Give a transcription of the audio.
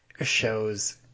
shows